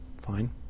fine